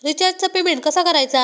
रिचार्जचा पेमेंट कसा करायचा?